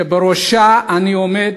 שבראשה אני עומד,